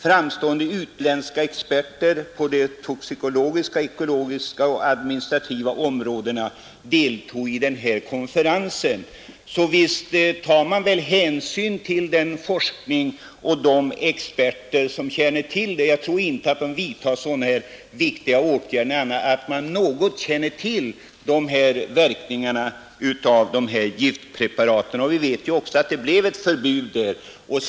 Framstående utländska experter på de toxikologiska, ekologiska och administrativa områdena deltog i denna konferens. Så visst tar man väl hänsyn till forskningen och experterna på detta område. Jag tror inte man vidtar så här viktiga åtgärder utan att i någon mån känna till verkningarna av giftpreparaten. Vi vet också att det utfärdades ett förbud mot dem.